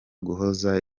guhozaho